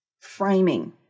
framing